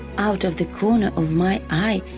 out of the corner of my eye,